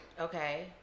Okay